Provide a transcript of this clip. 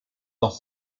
dans